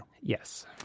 yes